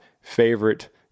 favorite